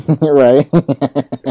right